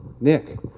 Nick